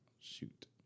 shoot